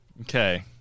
Okay